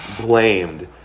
blamed